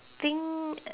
think